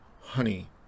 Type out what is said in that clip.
honey